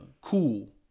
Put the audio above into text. cool